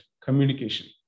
communication